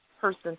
person